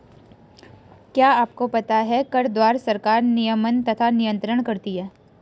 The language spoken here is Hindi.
क्या आपको पता है कर द्वारा सरकार नियमन तथा नियन्त्रण करती है?